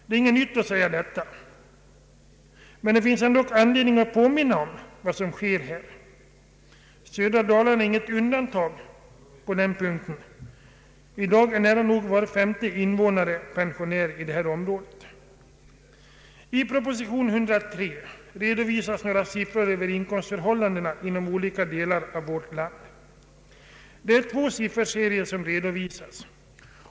Det är ingenting nytt att säga detta, men det finns ändå anledning att påminna om vad som sker. Södra Dalarna är inte något undantag på denna punkt. I dag är nära nog var femte invånare där pensionär. I proposition nr 103 redovisas några siffror över inkomstförhållandena inom olika delar av vårt land. Två sifferserier redovisas.